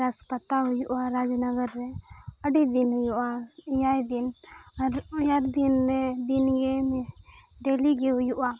ᱨᱟᱥ ᱯᱟᱛᱟ ᱦᱩᱭᱩᱜᱼᱟ ᱨᱟᱡᱽᱱᱚᱜᱚᱨ ᱨᱮ ᱟᱹᱰᱤ ᱫᱤᱱ ᱦᱩᱭᱩᱜᱼᱟ ᱮᱭᱟᱭ ᱫᱤᱱ ᱟᱨ ᱮᱭᱟᱭ ᱫᱤᱱᱨᱮ ᱫᱤᱱᱜᱮ ᱜᱮ ᱦᱩᱭᱩᱜᱼᱟ